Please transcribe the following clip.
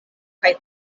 kaj